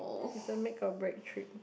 is a make or break trip